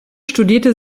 studierte